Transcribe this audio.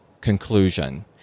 conclusion